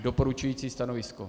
Doporučující stanovisko.